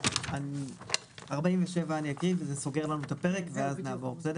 אני אקריא את סעיף 47 שסוגר לנו את הפרק ואז נעבור לפרק הבא,